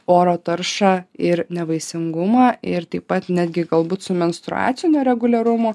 oro taršą ir nevaisingumą ir taip pat netgi galbūt su menstruacinio reguliarumu